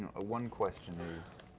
ah one question is,